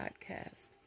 podcast